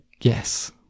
Yes